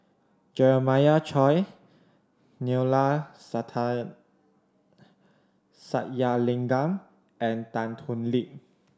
Jeremiah Choy Neila Sathyalingam and Tan Thoon Lip